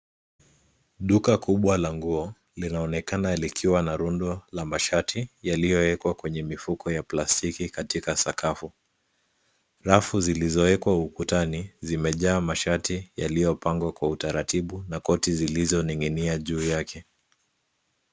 Duka kubwa la nguo linaonekana likiwa na rundo la mashati yaliyowekwa kwenye mifuko ya plastiki katika sakafu. Rafu zilizowekwa ukutani zimejaa mashati yaliyopangwa kwa utaratibu na koti zilizoning'inia juu yake.